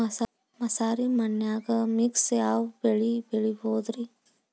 ಮಸಾರಿ ಮಣ್ಣನ್ಯಾಗ ಮಿಕ್ಸ್ ಯಾವ ಬೆಳಿ ಬೆಳಿಬೊದ್ರೇ?